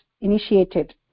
initiated